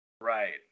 Right